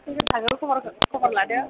सोर सोर थाङो खबर खबर लादो